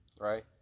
right